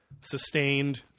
sustained